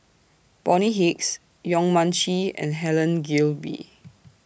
Bonny Hicks Yong Mun Chee and Helen Gilbey